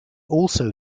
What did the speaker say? also